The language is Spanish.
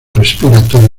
respiratorio